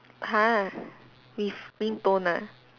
!huh! with ringtone ah